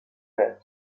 that